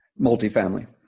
Multifamily